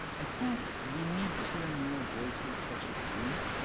i think we need to hear more voices such as these.